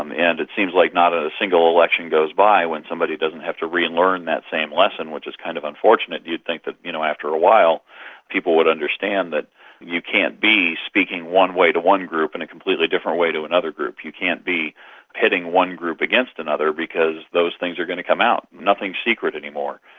um and it seems like not a single election goes by when somebody doesn't have to relearn that same lesson, which is kind of unfortunate. you'd think that you know after a while people would understand that you can't be speaking one way to one group and a completely different way to another group, you can't be pitting one group against another because those things are going to come out. nothing is secret any more,